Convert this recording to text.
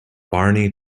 barney